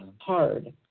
hard